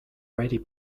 ready